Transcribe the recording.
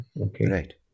Okay